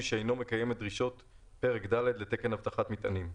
שאינו מקיים את דרישות פרק ד' לתקן אבטחת מטענים.